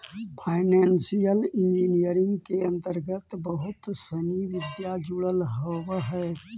financial engineering के अंतर्गत बहुत सनि विधा जुडल होवऽ हई